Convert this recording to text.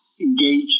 engage